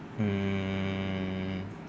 mm